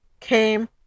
Came